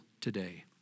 today